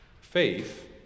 Faith